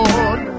Lord